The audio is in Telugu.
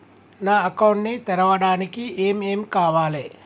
నా అకౌంట్ ని తెరవడానికి ఏం ఏం కావాలే?